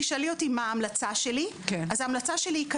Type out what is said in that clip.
ההמלצה שלי.